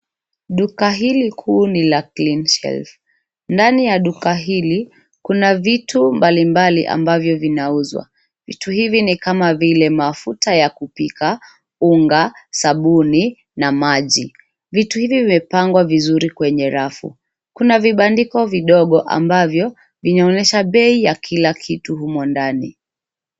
Duka hili kuu ni la clean shelf . Ndani ya duka hili kuna vitu mbalimbali ambavyo vinauzwa. Vitu hivi ni kama vile mafuta ya kupika, unga, sabuni na maji. Vitu hivi vimepangwa vizuri kwenye rafu. Kuna vibandiko vidogo ambavyo vinaonyesha bei ya kila kitu humo ndani.